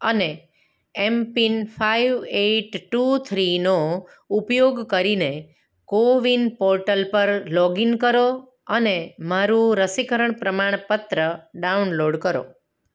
અને M PIN five eight two three નો ઉપયોગ કરીને કોવિન પોર્ટલ પર લોગિન કરો અને મારું રસીકરણ પ્રમાણપત્ર ડાઉનલોડ કરો